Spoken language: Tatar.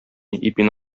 ипине